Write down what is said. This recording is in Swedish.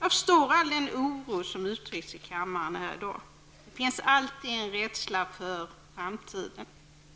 Jag förstår all den oro som uttryckts i kammaren i dag. Det finns alltid en rädsla inför framtiden.